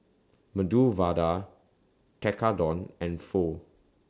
Medu Vada Tekkadon and Pho